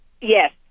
Yes